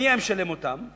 מי היה משלם אותם?